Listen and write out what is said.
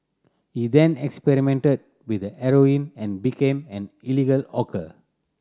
he then experimented with heroin and became an illegal hawker